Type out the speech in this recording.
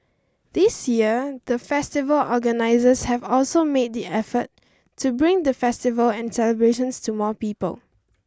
this year the festival organisers have also made the effort to bring the festival and celebrations to more people